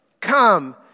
come